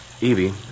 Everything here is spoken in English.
Evie